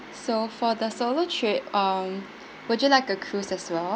so for the solo trip um would you like a cruise as well